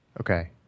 Okay